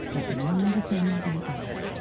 and for millions of family like ours,